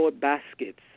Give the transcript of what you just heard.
baskets